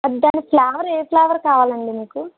దాని ఫ్లేవర్ ఏ ఫ్లేవర్ కావాలండి మీకు